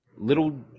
little